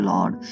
Lord